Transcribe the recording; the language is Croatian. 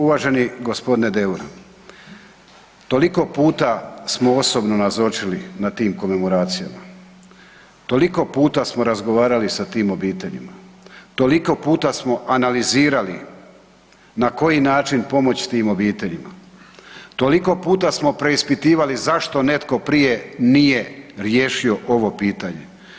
Uvaženi g. Deur, toliko puta smo osobno nazočili na tim komemoracijama, toliko puta smo razgovarali sa tim obiteljima, toliko puta smo analizirali na koji način pomoć tim obiteljima, toliko puta smo preispitivali zašto netko prije riješio ovo pitanje.